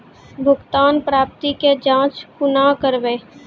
भुगतान प्राप्ति के जाँच कूना करवै?